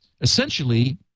essentially